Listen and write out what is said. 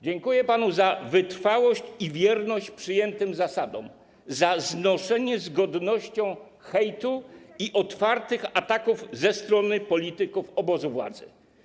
Dziękuję panu za wytrwałość i wierność przyjętym zasadom, za znoszenie z godnością hejtu i otwartych ataków ze strony polityków obozu władzy.